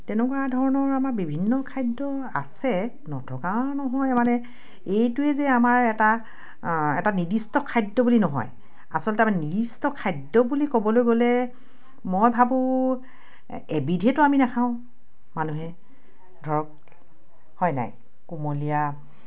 তেনেকুৱা ধৰণৰ আমাৰ বিভিন্ন খাদ্য আছে নথকা নহয় মানে এইটোৱে যে আমাৰ এটা এটা নিৰ্দিষ্ট খাদ্য বুলি নহয় আচলতে আমাৰ নিৰ্দিষ্ট খাদ্য বুলি ক'বলৈ গ'লে মই ভাবোঁ এবিধেইটো আমি নাখাওঁ মানুহে ধৰক হয় নাই কোমলীয়া